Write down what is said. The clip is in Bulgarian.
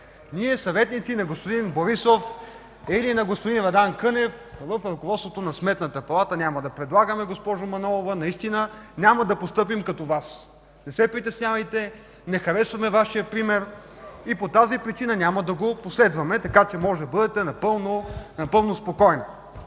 Ние съветници на господин Борисов или на господин Радан Кънев в ръководството на Сметната палата няма да предлагаме, госпожо Манолова. Няма да постъпим като Вас. Не се притеснявайте. Не харесваме Вашия пример и по тази причина няма да го последваме, така че можете да бъдете напълно спокойна.